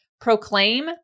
proclaim